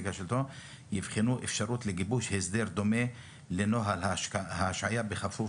יבחנו אפשרות לגיבוש הסדר דומה לנוהל ההשעיה בכפוף